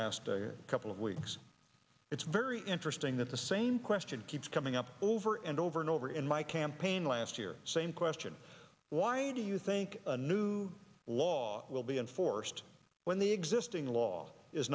last couple of weeks it's very interesting that the same question keeps coming up over and over and over in my campaign last year same question why do you think a new law will be enforced when the existing law is